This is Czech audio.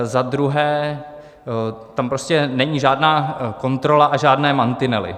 Za druhé tam prostě není žádná kontrola a žádné mantinely.